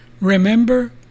Remember